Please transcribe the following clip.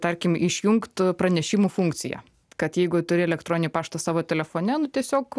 tarkim išjungtų pranešimų funkciją kad jeigu turi elektroninį paštą savo telefone nu tiesiog